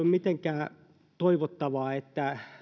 mitenkään toivottavaa että